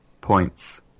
points